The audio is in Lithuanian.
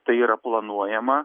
tai yra planuojama